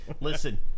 listen